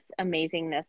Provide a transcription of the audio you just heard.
amazingness